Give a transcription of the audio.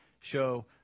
show